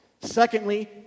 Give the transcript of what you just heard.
Secondly